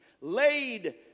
laid